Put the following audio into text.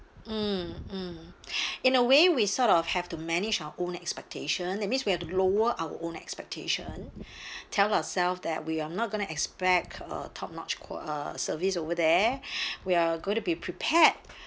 mm mm in a way we sort of have to manage our own expectation that means we have to lower our own expectation tell ourselves that we are not going to expect a top notch uh service over there we are going to be prepared